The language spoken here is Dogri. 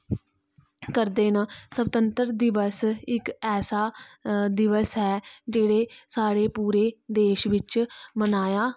करदे ना स्बतंत्र दिवस इक ऐसा दिवस ऐ जेहडे़ साढ़े पूरे देश बिच मनाया जंदा